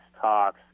talks